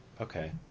Okay